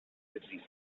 disease